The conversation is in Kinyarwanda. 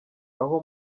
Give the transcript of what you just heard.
aho